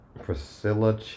Priscilla